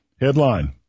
Headline